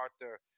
Arthur